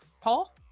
paul